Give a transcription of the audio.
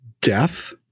death